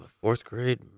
fourth-grade